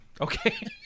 Okay